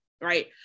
right